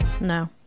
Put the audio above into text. No